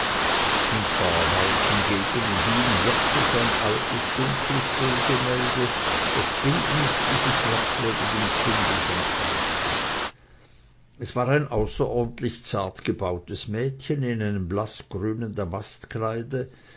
im pfarrhause hingegen hing wirklich ein altes dunkles ölgemälde das bildnis dieses merkwürdigen kindes enthaltend es war ein außerordentlich zart gebautes mädchen in einem